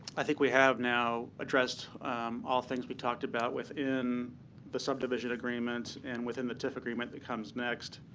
i think we have now addressed all things we've talked about within the subdivision agreements and within the tiff agreement that comes next.